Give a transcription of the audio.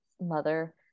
mother